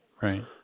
Right